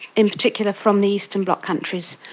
in particular from the eastern bloc countries,